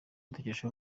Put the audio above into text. dukesha